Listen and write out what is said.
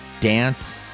Dance